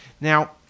Now